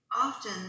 Often